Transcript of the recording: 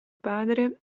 padre